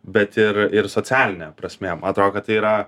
bet ir ir socialinėm prasmėm atro kad tai yra